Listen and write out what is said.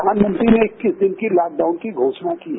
प्रधानमंत्री ने इक्कीस दिनों के लॉकडाउन की घोषणा की है